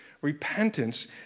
Repentance